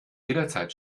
jederzeit